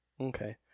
Okay